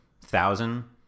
thousand